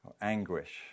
Anguish